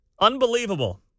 Unbelievable